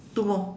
two more